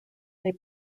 they